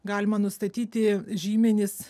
galima nustatyti žymenis